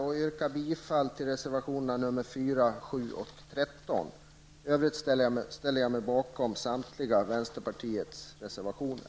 Jag yrkar bifall till reservationerna nr 4, 7 och 13. I övrigt ställer jag mig bakom vänsterpartiets samtliga reservationer.